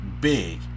big